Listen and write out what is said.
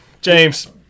James